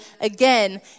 again